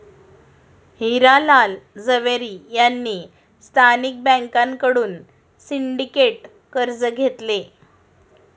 हिरा लाल झवेरी यांनी स्थानिक बँकांकडून सिंडिकेट कर्ज घेतले